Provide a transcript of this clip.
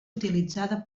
utilitzada